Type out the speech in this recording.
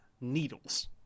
needles